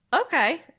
Okay